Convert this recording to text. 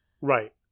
Right